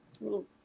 little